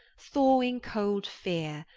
thawing cold feare,